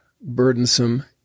burdensome